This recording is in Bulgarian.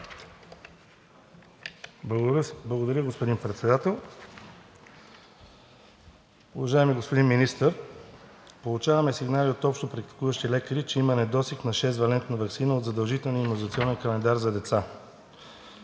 Благодаря, господин Председател. Уважаеми господин Министър, получаваме сигнали от общопрактикуващи лекари, че има недостиг на 6-валентната ваксина от задължителния имунизационен календар за деца.